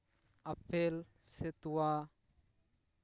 apple ᱥᱮ ᱛᱚᱣᱟ